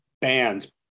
bands